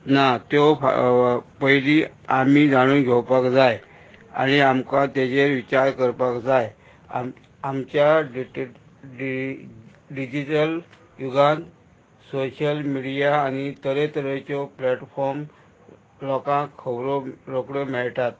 ना त्यो पयलीं आमी जाणून घेवपाक जाय आनी आमकां तेजेर विचार करपाक जाय आमच्या डी डी डिजिटल युगान सोशल मिडिया आनी तरेतरेच्यो प्लेटफॉर्म लोकांक खबरो रोकड्यो मेळटात